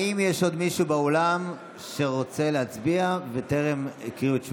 האם יש עוד מישהו באולם שרוצה להצביע וטרם הקריאו את שמו?